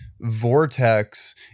vortex